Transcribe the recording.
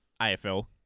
AFL